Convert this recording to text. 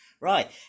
right